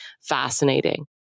fascinating